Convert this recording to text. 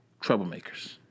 Troublemakers